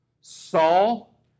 Saul